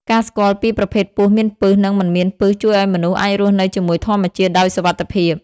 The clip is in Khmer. ការស្គាល់ពីប្រភេទពស់មានពិស និងមិនមានពិស ជួយឱ្យមនុស្សអាចរស់នៅជាមួយធម្មជាតិដោយសុវត្ថិភាព។